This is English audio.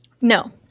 No